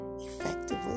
effectively